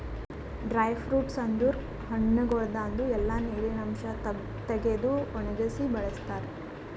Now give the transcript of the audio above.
dry fruits ಅಂದುರ್ ಹಣ್ಣಗೊಳ್ದಾಂದು ಎಲ್ಲಾ ನೀರಿನ ಅಂಶ ತೆಗೆದು ಒಣಗಿಸಿ ಬಳ್ಸತಾರ್